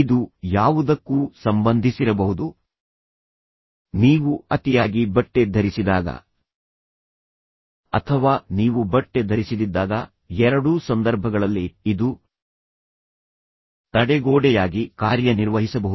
ಇದು ಯಾವುದಕ್ಕೂ ಸಂಬಂಧಿಸಿರಬಹುದು ನೀವು ಅತಿಯಾಗಿ ಬಟ್ಟೆ ಧರಿಸಿದಾಗ ಅಥವಾ ನೀವು ಬಟ್ಟೆ ಧರಿಸಿದಿದ್ದಾಗ ಎರಡೂ ಸಂದರ್ಭಗಳಲ್ಲಿ ಇದು ತಡೆಗೋಡೆಯಾಗಿ ಕಾರ್ಯನಿರ್ವಹಿಸಬಹುದು